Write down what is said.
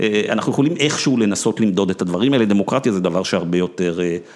אנחנו יכולים איכשהו לנסות למדוד את הדברים האלה, דמוקרטיה זה דבר שהרבה יותר...